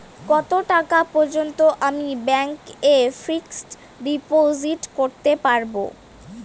কত টাকা পর্যন্ত আমি ব্যাংক এ ফিক্সড ডিপোজিট করতে পারবো?